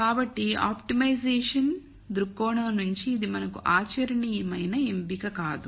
కాబట్టి ఆప్టిమైజేషన్ దృక్కోణం నుండి ఇది మనకు ఆచరణీయమైన ఎంపిక కాదు